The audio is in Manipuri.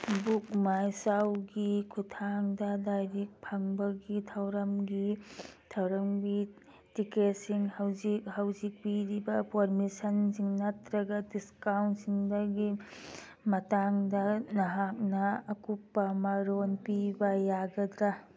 ꯕꯨꯛ ꯃꯥꯏ ꯁꯣꯒꯤ ꯈꯨꯊꯥꯡꯗ ꯂꯥꯏꯔꯤꯛ ꯐꯣꯡꯕꯒꯤ ꯊꯧꯔꯝꯒꯤ ꯊꯧꯔꯝꯒꯤ ꯇꯤꯛꯀꯦꯠꯁꯤꯡ ꯍꯧꯖꯤꯛ ꯍꯧꯖꯤꯛ ꯄꯤꯔꯤꯕ ꯄ꯭ꯔꯣꯃꯤꯁꯟꯁꯤꯡ ꯅꯠꯇ꯭ꯔꯒ ꯗꯤꯁꯀꯥꯎꯟꯁꯤꯡꯕꯒꯤ ꯃꯇꯥꯡꯗ ꯅꯍꯥꯛꯅ ꯑꯀꯨꯞꯄ ꯃꯔꯣꯜ ꯄꯤꯕ ꯌꯥꯒꯗ꯭ꯔ